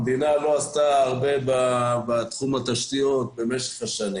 המדינה לא עשתה הרבה בתחום התשתיות במשך השנים,